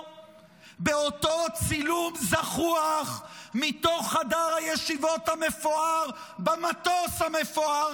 באותו צילום זחוח מתוך חדר הישיבות המפואר במטוס המפואר,